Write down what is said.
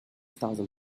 thousand